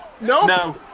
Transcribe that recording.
No